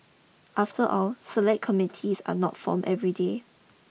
after all select committees are not formed every day